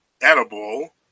edible